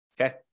Okay